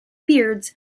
beards